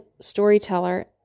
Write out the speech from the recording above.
storyteller